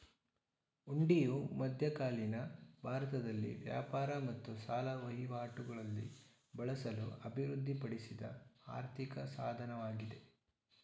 ಹುಂಡಿಯು ಮಧ್ಯಕಾಲೀನ ಭಾರತದಲ್ಲಿ ವ್ಯಾಪಾರ ಮತ್ತು ಸಾಲ ವಹಿವಾಟುಗಳಲ್ಲಿ ಬಳಸಲು ಅಭಿವೃದ್ಧಿಪಡಿಸಿದ ಆರ್ಥಿಕ ಸಾಧನವಾಗಿದೆ